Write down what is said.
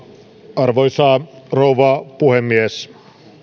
arvoisa rouva puhemies